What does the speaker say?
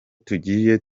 tugiye